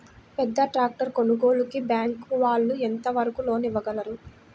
పెద్ద ట్రాక్టర్ కొనుగోలుకి బ్యాంకు వాళ్ళు ఎంత వరకు లోన్ ఇవ్వగలరు?